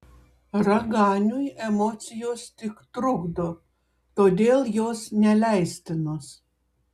raganiui emocijos tik trukdo todėl jos neleistinos